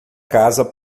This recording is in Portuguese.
casa